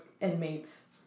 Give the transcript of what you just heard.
inmates